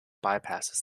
bypasses